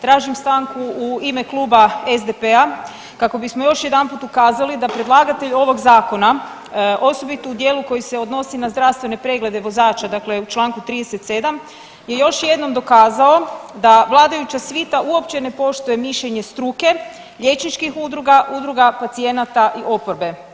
Tražim stanku u ime Kluba SDP-a kako bismo još jedanput ukazali da predlagatelj ovog Zakona, osobito u dijelu koji se odnosi na zdravstvene preglede vozača, dakle u čl. 37 je još jednom dokazao da vladajuća svita uopće ne poštuje mišljenje struke, liječničkih udruga, udruga pacijenata i oporbe.